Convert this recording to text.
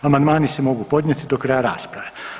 Amandmani se mogu podnijeti do kraja rasprave.